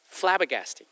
flabbergasting